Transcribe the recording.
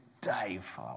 Dave